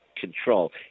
control